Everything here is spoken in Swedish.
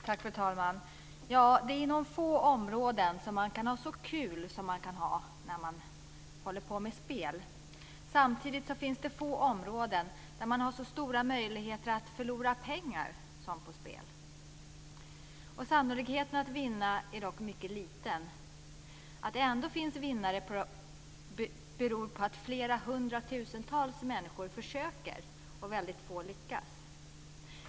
Fru talman! Det är inom få områden som man kan ha så kul som man kan ha när man håller på med spel. Samtidigt är det få områden där man har så stora möjligheter att förlora pengar som när det gäller spel. Sannolikheten att vinna är mycket liten. Att det ändå finns vinnare beror på att det är flera hundratusentals människor som försöker, men det är väldigt få som lyckas.